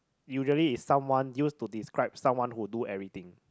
usually is someone used to describe someone who do everything